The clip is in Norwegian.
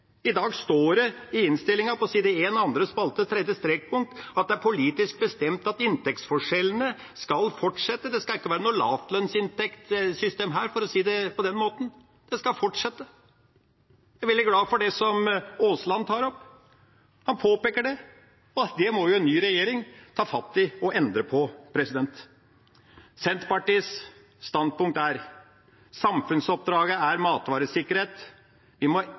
I innstillinga står det på side 1, andre spalte, tredje strekpunkt, at det er politisk bestemt at inntektsforskjellene skal fortsette. Det skal ikke være noe lavtlønnsinntektssystem her, for å si det på den måten. Det skal fortsette. Jeg er veldig glad for det som Aasland tar opp. Han påpeker det, og det må en ny regjering ta fatt i og endre på. Senterpartiets standpunkt er at samfunnsoppdraget er matvaresikkerhet. Vi må